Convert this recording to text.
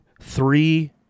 three